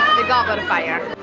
the goblet of fire.